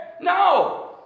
No